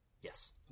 Yes